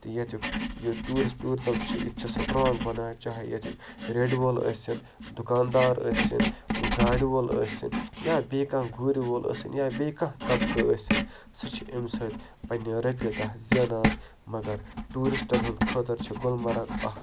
تہٕ ییٚتیُک یہِ ٹوٗرِسٹ ٹوٗرِزٕم چھُ یہِ تہِ چھِ سٕٹرانٛگ بَنان چاہے ییٚتیُک ریڈٕ وول ٲسِن دُکاندار ٲسِن گاڑِ وول ٲسِنۍ یا بیٚیہِ کانٛہہ گُرۍ وول ٲسِنۍ یا بیٚیہِ کانٛہہ طبقہٕ ٲسِنۍ سُہ چھِ امہِ سۭتۍ پنٛنہِ رۄپیہِ دہ زینان مگر ٹوٗرِسٹَن ہٕنٛد خٲطرٕ چھِ گُلمرگ اَکھ